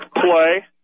play